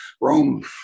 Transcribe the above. Rome